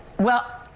well,